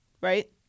Right